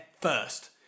first